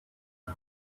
byo